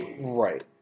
right